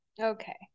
okay